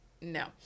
no